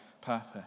purpose